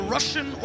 Russian